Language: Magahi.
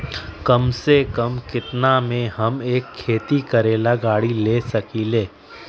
कम से कम केतना में हम एक खेती करेला गाड़ी ले सकींले?